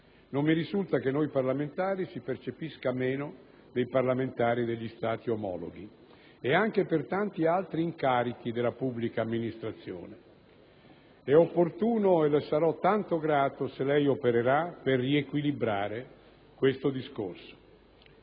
(non mi risulta, cioè, che noi parlamentari si percepisca meno dei parlamentari degli Stati omologhi) e ciò vale anche per tanti altri incarichi della pubblica amministrazione: è opportuno operare - e le sarò tanto grato se lo farà - per riequilibrare questa situazione.